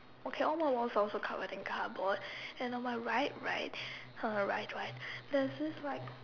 okay all my walls are also covered in cardboard and on my right right uh right right there's this like